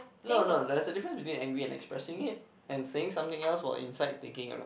no no there is a difference between angry and expressing it and saying something else for inside thinking